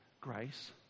Grace